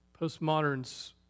Postmoderns